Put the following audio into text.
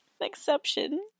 exception